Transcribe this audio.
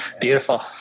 Beautiful